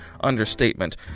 understatement